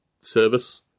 service